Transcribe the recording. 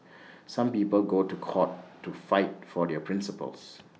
some people go to court to fight for their principles